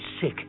sick